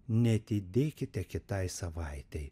neatidėkite kitai savaitei